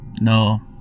No